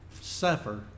suffer